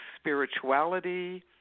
spirituality